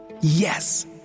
Yes